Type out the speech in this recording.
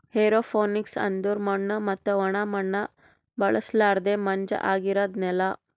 aeroponics ಅಂದುರ್ ಮಣ್ಣು ಮತ್ತ ಒಣ ಮಣ್ಣ ಬಳುಸಲರ್ದೆ ಮಂಜ ಆಗಿರದ್ ನೆಲ